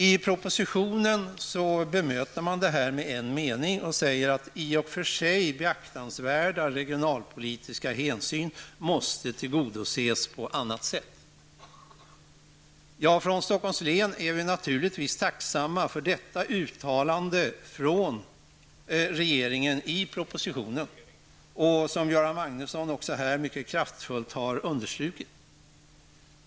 I propositionen bemöter man detta med en mening och säger att i och för sig beaktansvärda regionalpolitiska hänsyn måste tillgodoses på annat sätt. Från Stockholms län är vi naturligtvis tacksamma för detta uttalande från regeringen i propositionen, som Göran Magnusson här mycket kraftfullt har understrukit.